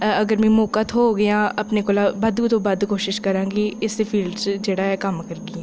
अग्गें मिगी मौका थ्होग जां अपने कोला बद्ध कशा बद्ध कोशिश करां कि इस फील्ड च जेह्ड़ा ऐ कम्म करगी